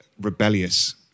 rebellious